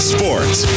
Sports